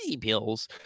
pills